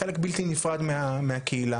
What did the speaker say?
כחלק בלתי נפרד מהקהילה.